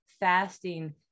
fasting